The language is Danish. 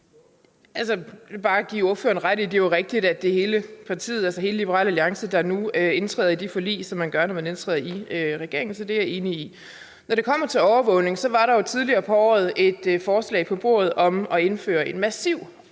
i, at det jo er rigtigt, at det er hele partiet, altså hele Liberal Alliance, der nu indtræder i de forlig, som man gør, når man indtræder i en regering, så det er jeg enig i. Når det kommer til overvågning, var der jo tidligere på året et forslag på bordet om at indføre en massiv